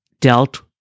dealt